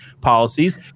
policies